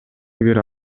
бир